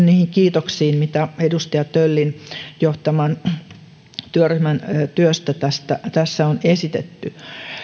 niihin kiitoksiin mitä edustaja töllin johtaman työryhmän työstä tässä on esitetty